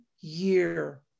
year